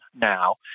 now